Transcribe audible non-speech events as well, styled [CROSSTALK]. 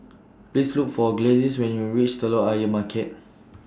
Please Look For Gladys when YOU REACH Telok Ayer Market [NOISE]